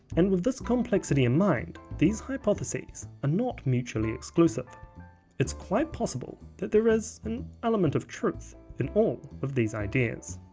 and with this complexity in mind, these hypotheses are and not mutually exclusive it's quite possible that there is an element of truth in all of these ideas.